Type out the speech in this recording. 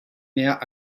mehr